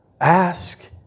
Ask